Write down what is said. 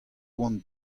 oant